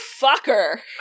fucker